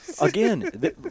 again